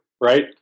right